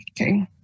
Okay